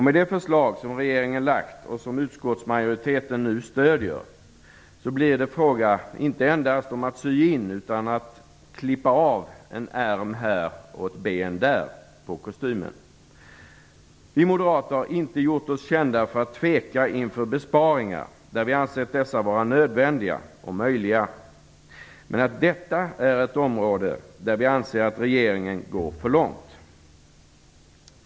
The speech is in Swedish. Med det förslag som regeringen har lagt fram och som utskottsmajoriteten nu stöder blir det fråga om inte endast att sy in utan att klippa av en ärm här eller ett ben där på kostymen. Vi moderater har inte gjort oss kända för att tveka inför besparingar, där vi har ansett dessa vara nödvändiga och möjliga. Men detta är ett område där vi anser att regeringen går för långt.